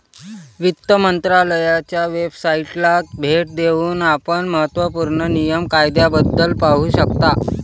वित्त मंत्रालयाच्या वेबसाइटला भेट देऊन आपण महत्त्व पूर्ण नियम कायद्याबद्दल पाहू शकता